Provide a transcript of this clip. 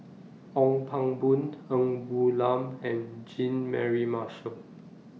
Ong Pang Boon Ng Woon Lam and Jean Mary Marshall